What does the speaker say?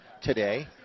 today